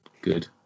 Good